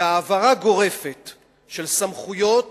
והעברה גורפת של סמכויות